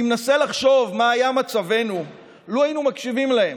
אני מנסה לחשוב מה היה מצבנו לו היינו מקשיבים להם,